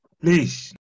please